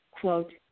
Quote